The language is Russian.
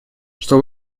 что